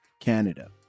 Canada